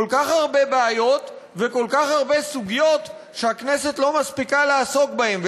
כל כך הרבה בעיות וכל כך הרבה סוגיות שהכנסת לא מספיקה לעסוק בהם,